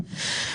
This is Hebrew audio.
בבקשה.